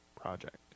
Project